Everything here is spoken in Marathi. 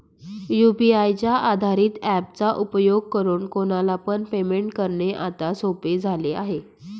यू.पी.आय च्या आधारित ॲप चा उपयोग करून कोणाला पण पेमेंट करणे आता सोपे झाले आहे